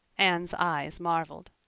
anne's eyes marveled.